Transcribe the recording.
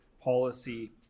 policy